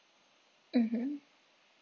mmhmm